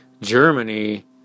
Germany